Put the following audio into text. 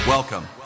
Welcome